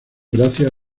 gracias